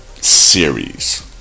Series